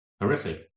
horrific